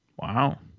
Wow